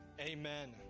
amen